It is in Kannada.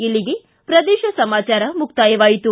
ಇಲ್ಲಿಗೆ ಪ್ರದೇಶ ಸಮಾಚಾರ ಮುಕ್ತಾಯವಾಯಿತು